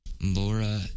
Laura